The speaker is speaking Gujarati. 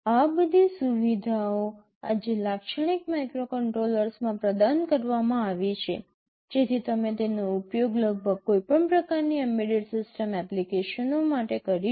આ બધી સુવિધાઓ આજે લાક્ષણિક માઇક્રોકન્ટ્રોલર્સમાં પ્રદાન કરવામાં આવી છે જેથી તમે તેનો ઉપયોગ લગભગ કોઈ પણ પ્રકારની એમ્બેડેડ સિસ્ટમ એપ્લિકેશનનો માટે કરી શકો